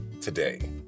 today